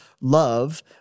love